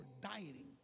dieting